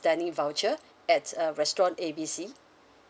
dining voucher at uh restaurant A B C